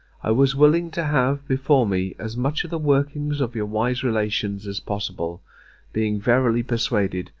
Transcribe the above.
i was willing to have before me as much of the workings of your wise relations as possible being verily persuaded,